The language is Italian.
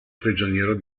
prigioniero